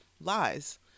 Lies